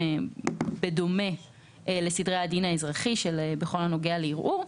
בדומה לסדרי הדין האזרחי בכל הנוגע לערעור.